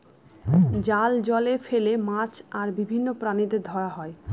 জাল জলে ফেলে মাছ আর বিভিন্ন প্রাণীদের ধরা হয়